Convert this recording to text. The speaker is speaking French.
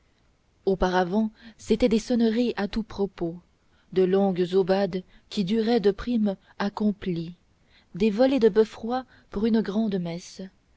auparavant c'étaient des sonneries à tout propos de longues aubades qui duraient de prime à complies des volées de beffroi pour une